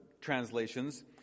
translations